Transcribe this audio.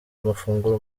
amafunguro